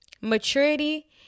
Maturity